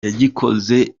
yagikoze